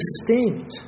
distinct